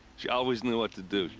she always knew what to do. she.